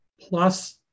plus